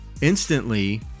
instantly